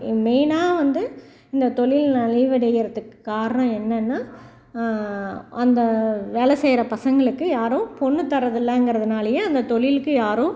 மெயினாக வந்து இந்த தொழில் நலிவடைகிறத்துக்கு காரணம் என்னென்னா அந்த வேலை செய்கிற பசங்களுக்கு யாரும் பொண்ணு தர்றது இல்லைங்கறதுனாலயே அந்த தொழிலுக்கு யாரும்